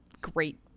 great